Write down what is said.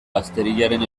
gazteriaren